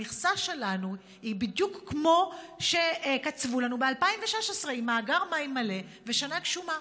המכסה שלנו היא בדיוק כמו שקצבו לנו ב-2016 עם מאגר מים מלא ושנה גשומה.